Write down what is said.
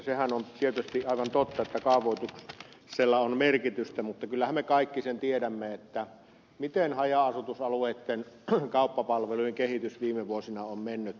sehän on tietysti aivan totta että kaavoituksella on merkitystä mutta kyllähän me kaikki sen tiedämme miten haja asutusalueitten kauppapalvelujen kehitys viime vuosina on mennyt